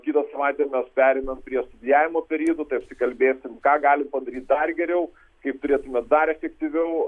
kitą savaitę mes pereinam prie studijavimo periodų tai apsikalbėsim ką galim padaryt dar geriau kaip turėtume dar efektyviau